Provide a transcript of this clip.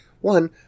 one